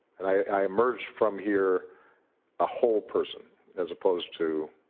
and i emerged from here a whole person as opposed to